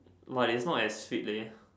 but it is not as sweet leh